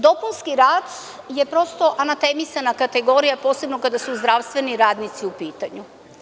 Dopunski rad je prosto anatemisana kategorija, posebno kada su zdravstveni radnici u pitanju.